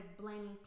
blaming